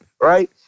Right